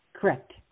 Correct